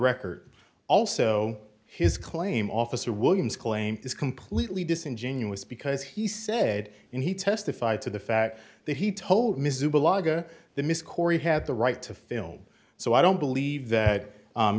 record also his claim officer williams claim is completely disingenuous because he said and he testified to the fact that he told miserable laga the miss corey had the right to film so i don't believe that